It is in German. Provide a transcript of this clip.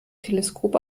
teleskop